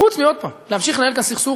עוד פעם, חוץ מלהמשיך לנהל את הסכסוך